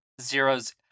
zeros